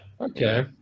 okay